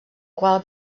qual